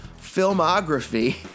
filmography